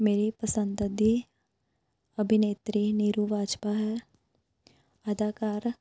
ਮੇਰੀ ਪਸੰਦ ਦੀ ਅਭਿਨੇਤਰੀ ਨੀਰੂ ਬਾਜਵਾ ਹੈ ਅਦਾਕਾਰ